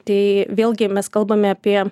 tai vėlgi mes kalbame apie